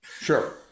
Sure